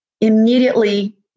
immediately